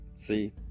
see